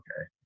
okay